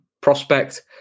prospect